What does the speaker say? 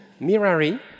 mirari